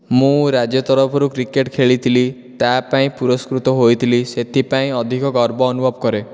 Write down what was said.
ମୁଁ ରାଜ୍ୟ ତରଫରୁ କ୍ରିକେଟ ଖେଳିଥିଲି ତାହାପାଇଁ ପୁରସ୍କୃତ ହୋଇଥିଲି ସେଥିପାଇଁ ଅଧିକ ଗର୍ବ ଅନୁଭବ କରେ